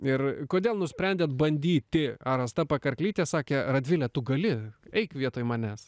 ir kodėl nusprendėt bandyti ar asta pakarklytė sakė radvile tu gali eik vietoj manęs